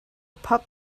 pup